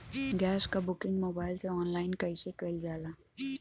Gas क booking mobile से online कईसे कईल जाला?